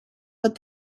but